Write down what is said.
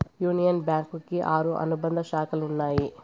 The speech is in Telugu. యూనియన్ బ్యాంకు కి ఆరు అనుబంధ శాఖలు ఉన్నాయి